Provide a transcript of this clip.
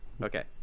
Okay